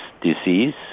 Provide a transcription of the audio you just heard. disease